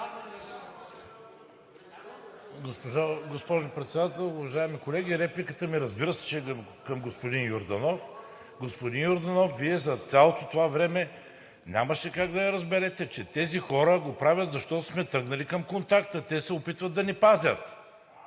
Госпожо Председател, уважаеми колеги, репликата ми е, разбира се, че е към господин Йорданов. Господин Йорданов, Вие за цялото това време нямаше как да не разберете, че тези хора го правят, защото сме тръгнали към контакт, те се опитват да ни пазят